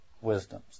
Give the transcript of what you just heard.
Wisdoms